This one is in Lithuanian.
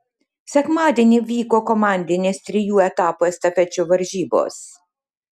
sekmadienį vyko komandinės trijų etapų estafečių varžybos